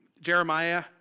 Jeremiah